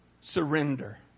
surrender